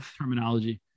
terminology